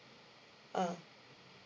ah